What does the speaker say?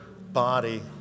body